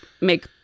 make